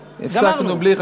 גמרנו,